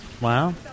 Wow